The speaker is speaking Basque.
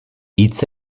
hitz